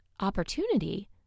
opportunity